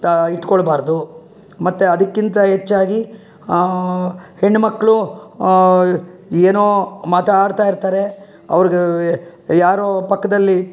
ತ ಇಟ್ಟುಕೊಳ್ಬಾರ್ದು ಮತ್ತು ಅದಕ್ಕಿಂತ ಹೆಚ್ಚಾಗಿ ಹೆಣ್ಣುಮಕ್ಳು ಏನೋ ಮಾತಾಡ್ತಾ ಇರ್ತಾರೆ ಅವ್ರಿಗೆ ಯಾರೋ ಪಕ್ಕದಲ್ಲಿ